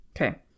Okay